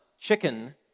chicken